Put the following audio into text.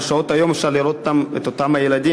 בשעות היום אפשר לראות את אותם ילדים